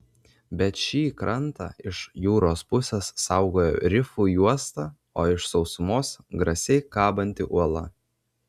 bet šį krantą iš jūros pusės saugojo rifų juosta o iš sausumos grasiai kabanti uola